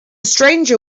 stranger